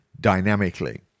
dynamically